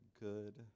good